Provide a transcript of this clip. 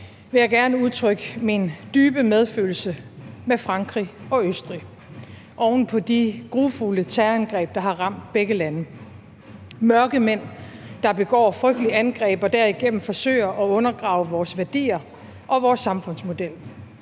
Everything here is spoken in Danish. vil jeg gerne udtrykke min dybe medfølelse med Frankrig og Østrig oven på de grufulde terrorangreb, der har ramt begge lande. Det er mørkemænd, der begår frygtelige angreb og derigennem forsøger at undergrave vores værdier og vores samfundsmodel.